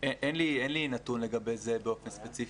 אין לי נתון לגבי זה באופן ספציפי,